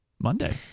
Monday